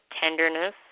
tenderness